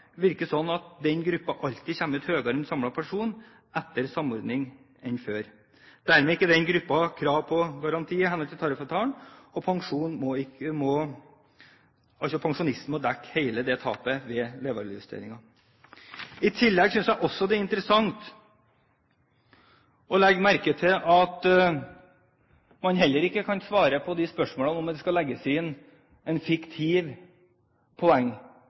virker slik at denne gruppen alltid kommer ut med høyere samlet pensjon etter samordning enn før. Dermed har denne gruppen ikke krav på garanti i henhold til tariffavtalen, og pensjonisten må dekke hele levealdersjusteringstapet selv. I tillegg synes jeg det er interessant å legge merke til at man heller ikke kan svare på spørsmålet om hvorvidt det skal legges inn en fiktiv